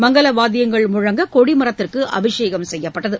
மங்கல வாத்தியங்கள் முழங்க கொடி மரத்திற்கு அபிஷேகம் செய்யப்பட்டது